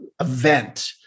event